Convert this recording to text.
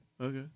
Okay